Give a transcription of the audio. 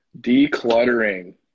Decluttering